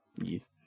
Yes